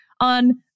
on